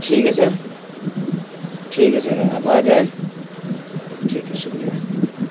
ٹھیک ہے سر ٹھیک ہے سر آپ آ جائیں ٹھیک ہے شکریہ